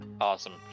Awesome